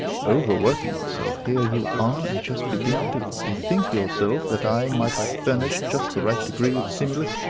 overworking yourself, here you are, and just beginning to bethink yourself that i might have furnished just the right degree of stimulus,